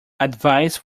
advice